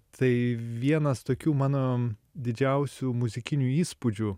tai vienas tokių mano didžiausių muzikinių įspūdžių